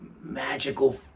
magical